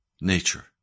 nature